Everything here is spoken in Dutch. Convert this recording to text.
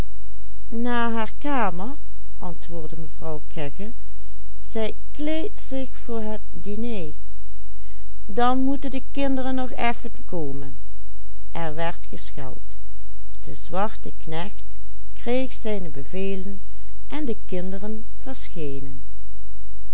kleedt zich voor het diné dan moeten de kinderen nog effen komen er werd gescheld de zwarte knecht kreeg zijne bevelen en de kinderen